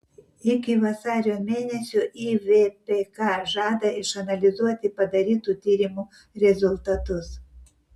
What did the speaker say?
iki vasario mėnesio ivpk žada išanalizuoti padarytų tyrimų rezultatus